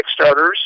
Kickstarters